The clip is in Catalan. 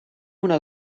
una